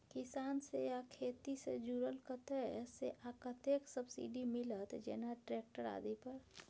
किसान से आ खेती से जुरल कतय से आ कतेक सबसिडी मिलत, जेना ट्रैक्टर आदि पर?